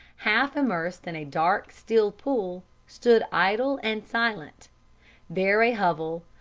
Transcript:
half immersed in a dark, still pool, stood idle and silent there a hovel,